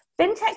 Fintech